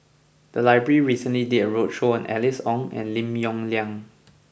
the library recently did a roadshow on Alice Ong and Lim Yong Liang